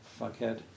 fuckhead